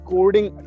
Coding